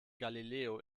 galileo